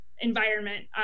environment